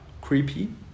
creepy